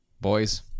boys